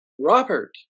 Robert